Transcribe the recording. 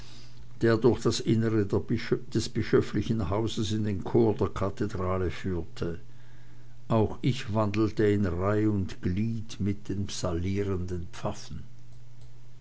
der durch das innere des bischöflichen hauses in den chor der kathedrale führte auch ich wandelte in reih und glied mit den psallierenden pfaffen